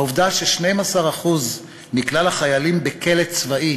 העובדה ש-12% מכלל החיילים בכלא צבאי